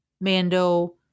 Mando